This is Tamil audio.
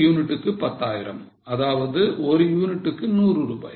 100 க்கு 10000 அதாவது ஒரு யூனிட்டுக்கு 100 ரூபாய்